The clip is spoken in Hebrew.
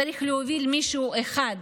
צריך להוביל מישהו אחד,